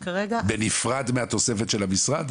וכרגע --- בנפרד מהתוספת של המשרד?